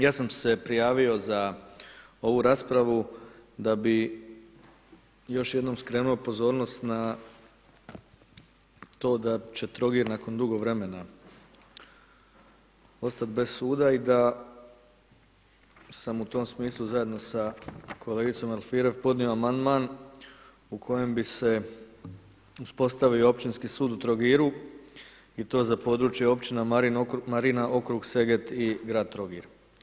Ja sam se prijavio za ovu raspravu da bi još jednom skrenuo pozornost na to da će Trogir nakon dugo vremena ostat bez suda i da sam u tom smislu zajedno sa kolegicom Alfirev podnio amandman u kojem bi se uspostavio Općinski sud u Trogiru i to za područje Općina Marina, Okrug, Seget i grad Trogir.